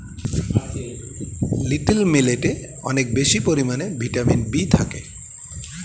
little মিলেটে অনেক বেশি পরিমাণে ভিটামিন বি থাকে